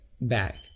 back